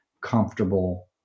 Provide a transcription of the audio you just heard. comfortable